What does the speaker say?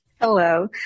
Hello